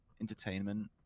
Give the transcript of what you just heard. entertainment